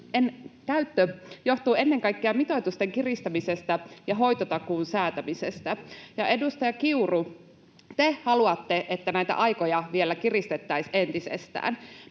käyttö johtuu ennen kaikkea mitoitusten kiristämisestä ja hoitotakuun säätämisestä, ja edustaja Kiuru, te haluatte, että näitä aikoja vielä kiristettäisiin entisestään.